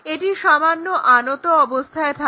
এটি সামান্য আনত অবস্থায় থাকে